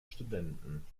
studenten